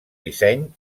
disseny